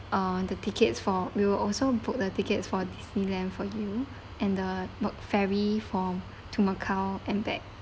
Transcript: uh the tickets for we will also book the tickets for Disneyland for you and the book ferry from to macau and back